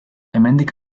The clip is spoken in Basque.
hemendik